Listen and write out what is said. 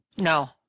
No